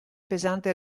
pesante